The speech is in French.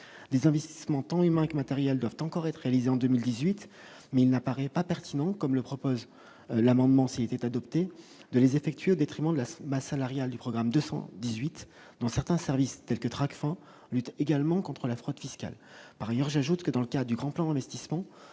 des investissements tant humains que matériels doivent encore être réalisés en 2018, mais il n'apparaît pas pertinent, comme le propose l'amendement s'il était adopté, de les effectuer au détriment de la Snecma salariale du programme de 78 dans certains services, tels que Tracfin lutte également contre la fraude fiscale, par ailleurs, j'ajoute que dans le cas du grand plan investissement